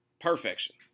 perfection